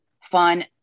fun